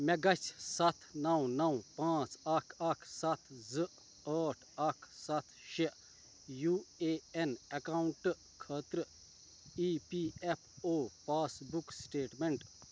مےٚ گَژھِ سَتھ نَو نَو پانٛژھ اکھ اکھ سَتھ زٕ ٲٹھ اکھ سَتھ شےٚ یوٗ اے اٮ۪ن اٮ۪کاوُنٛٹ خٲطرٕ E P F O passbook statement